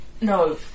no